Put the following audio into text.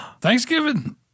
Thanksgiving